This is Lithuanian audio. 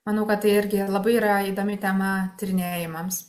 manau kad tai irgi labai yra įdomi tema tyrinėjimams